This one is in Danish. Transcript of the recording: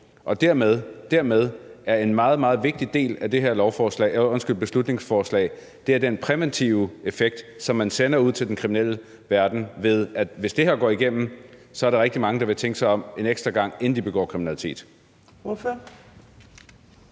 to år, og at en meget, meget vigtig del af det her beslutningsforslag dermed er den præventive effekt, som man sender ud til den kriminelle verden, nemlig at hvis det her går igennem, er der rigtig mange, der vil tænke sig om en ekstra gang, inden de begår kriminalitet?